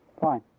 fine